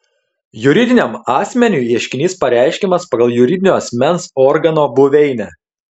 juridiniam asmeniui ieškinys pareiškiamas pagal juridinio asmens organo buveinę